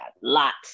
lots